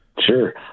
Sure